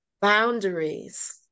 boundaries